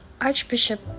Archbishop